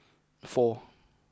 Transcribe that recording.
four